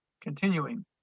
Continuing